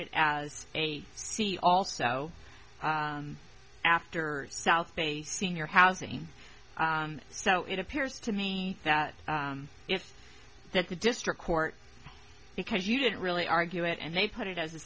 it as a see also after south bay senior housing so it appears to me that if that the district court because you didn't really argue it and they put it as a